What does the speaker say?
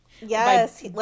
Yes